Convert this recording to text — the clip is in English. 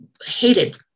hated